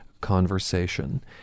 conversation